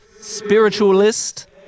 spiritualist